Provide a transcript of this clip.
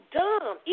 dumb